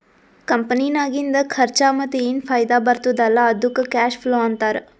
ಕಂಪನಿನಾಗಿಂದ್ ಖರ್ಚಾ ಮತ್ತ ಏನ್ ಫೈದಾ ಬರ್ತುದ್ ಅಲ್ಲಾ ಅದ್ದುಕ್ ಕ್ಯಾಶ್ ಫ್ಲೋ ಅಂತಾರ್